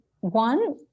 One